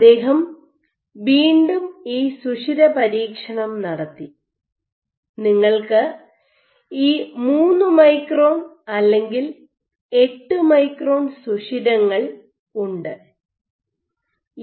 അദ്ദേഹം വീണ്ടും ഈ സുഷിര പരീക്ഷണം നടത്തി നിങ്ങൾക്ക് ഈ 3 മൈക്രോൺ അല്ലെങ്കിൽ 8 മൈക്രോൺ സുഷിരങ്ങൾ ഉണ്ട്